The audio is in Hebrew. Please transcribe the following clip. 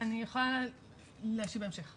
אני אוכל להשיב בהמשך.